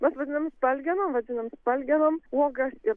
mes vadinam spalgenom vadinač pargenom uogas ir